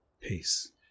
Peace